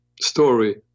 story